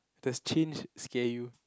does change scare you